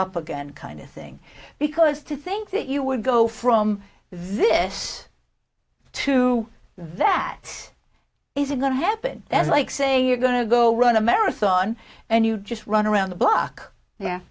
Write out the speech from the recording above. up again kind of thing because to think that you would go from this to that is it going to happen that's like saying you're going to go run a marathon and you just run around the block yeah